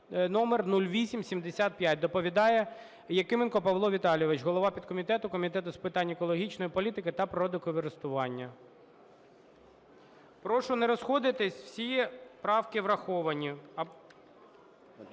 номер 0875). Доповідає Якименко Павло Віталійович, голова підкомітету Комітету з питань екологічної політики та природокористування. Прошу не розходитися, всі правки враховані.